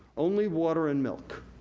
only water and milk,